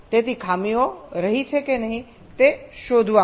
તેથી ખામીઓ થઈ રહી છે કે નહીં તે શોધવા માટે